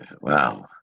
Wow